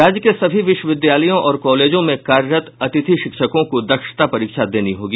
राज्य के सभी विश्वविद्यालयों और कॉलेजों में कार्यरत अतिथि शिक्षकों को दक्षता परीक्षा देनी होगी